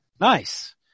Nice